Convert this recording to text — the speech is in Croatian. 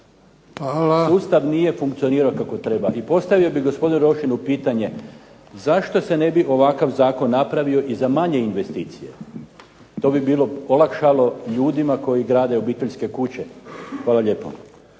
da sustav nije funkcionirao kako treba i postavio bih gospodinu Rošinu pitanje zašto se ne bi ovakav zakon napravio i za manje investicije. To bi bilo olakšalo ljudima koji grade obiteljske kuće. Hvala lijepo.